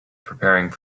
preparing